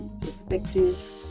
perspective